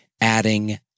adding